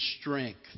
strength